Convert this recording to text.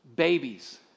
Babies